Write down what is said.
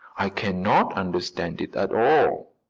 i cannot understand it at all.